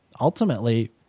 ultimately